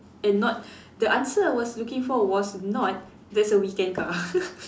and not the answer I was looking for was not that's a weekend car